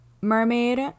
mermaid